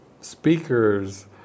speakers